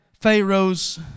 Pharaoh's